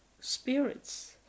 spirits